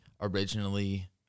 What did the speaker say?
originally